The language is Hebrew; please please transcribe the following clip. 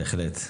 בהחלט.